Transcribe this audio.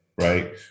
Right